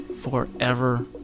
forever